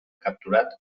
capturat